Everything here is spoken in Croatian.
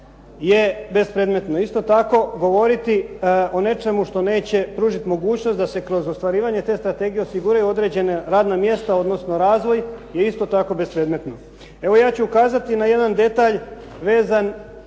je bespredmetno. Isto tako, govoriti o nečemu što neće pružiti mogućnost da se kroz ostvarivanje te strategije osiguraju određena radna mjesta, odnosno razvoj je isto tako bespredmetno. Evo, ja ću ukazati na jedan detalj vezan